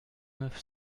neuf